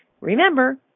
remember